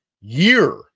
year